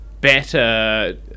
better